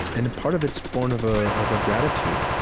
and and part of it's born of ah of a gratitude,